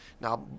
Now